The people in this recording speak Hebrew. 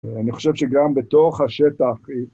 ואני חושב שגם בתוך השטח